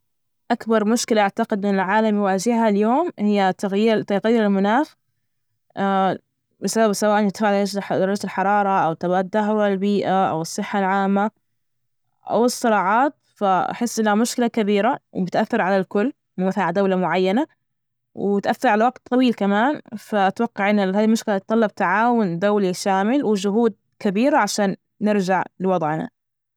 أكبر مشكلة أعتقد أن العالم يواجهها اليوم هي تغيير- تغير المناخ بسبب سواء تمايز درجة الحرارة أو تدهور البيئة أو الصحة العامة. أو الصراعات، فأحس إنها مشكلة كبيرة، وبتأثر على الكل، مثلا على دولة معينة، وتأثر على وقت طويل كمان، فأتوقع إن هاي المشكلة تتطلب تعاون دولي شامل وجهود كبيرة عشان نرجع لوضعنا.